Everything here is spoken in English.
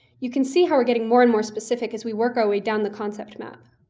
you can see how we're getting more and more specific as we work our way down the concept map.